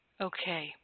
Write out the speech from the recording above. Okay